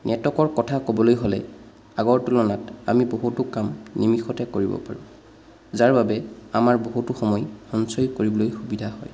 নেটৱৰ্কৰ কথা ক'বলৈ হ'লে আগৰ তুলনাত আমি বহুতো কাম নিমিষতে কৰিব পাৰোঁ যাৰ বাবে আমাৰ বহুতো সময় সঞ্চয় কৰিবলৈ সুবিধা হয়